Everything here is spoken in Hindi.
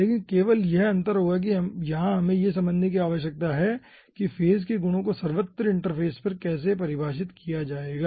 लेकिन केवल अंतर यह होगा कि यहां हमें यह समझने की आवश्यकता है कि फेज़ के गुणों को सर्वत्र इंटरफ़ेस पर कैसे परिभाषित किया जाएगा